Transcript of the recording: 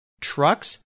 trucks